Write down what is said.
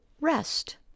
rest